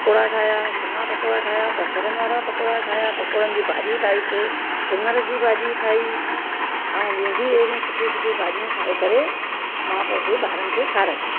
पकोड़ा ठाहिया सन्ना पकोड़ा ठाहिया बसरनि वारा पकोड़ा ठाहिया पकोड़नि जी भाॼी ठाहीसीं सिंगर जी भाॼी ठाही ऐं बियूं बि अहिड़ियूं सुठियूं सुठियूं भाॼियूं ठाहे करे मां पंहिंजे ॿारनि खे खाराईयूं